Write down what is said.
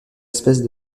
espèces